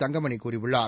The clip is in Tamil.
தங்கமணி கூறியுள்ளார்